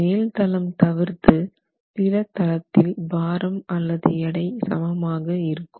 மேல் தளம் தவிர்த்து பிற தளத்தில் பாரம் அல்லது எடை சமமாக இருக்கும்